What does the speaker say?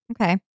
Okay